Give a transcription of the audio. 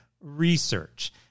research